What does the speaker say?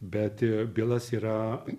bet bilas yra